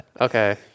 Okay